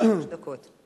לרשותך שלוש דקות.